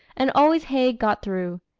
and always haig got through.